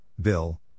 Bill